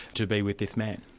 to be with this man?